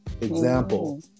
Example